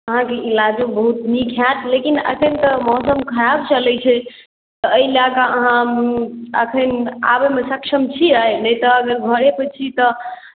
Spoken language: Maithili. अहाँकेँ इलाजो बहुत नीक हैत लेकिन एखन तऽ मौसम खराब चलै छै तऽ एहि लए कऽ अहाँ एखन आबैमे सक्षम छियै नहि तऽ अगर घरेपर छी तऽ